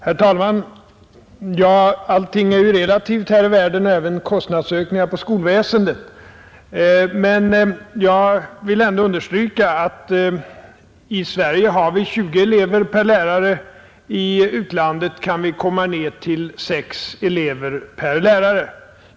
Herr talman! Allting är ju relativt här i världen — även kostnadsökningar för skolväsendet. Men jag vill ändå understryka att i Sverige har vi 20 elever per lärare, i utlandet kan vi komma ned till 6 elever per lärare.